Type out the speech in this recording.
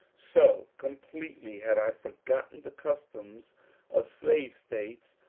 so com pletely had i forgotten the customs of slave states.